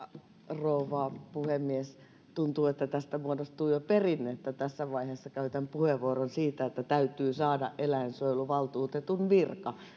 rouva puhemies tuntuu että tästä muodostuu jo perinne että tässä vaiheessa käytän puheenvuoron siitä että täytyy saada eläinsuojeluvaltuutetun virka